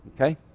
okay